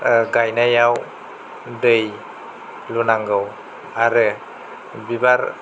गायनायाव दै लुनांगौ आरो बिबार